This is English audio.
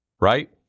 Right